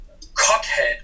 cockhead